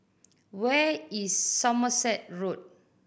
where is Somerset Road